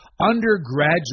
undergraduate